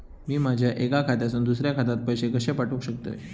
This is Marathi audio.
मी माझ्या एक्या खात्यासून दुसऱ्या खात्यात पैसे कशे पाठउक शकतय?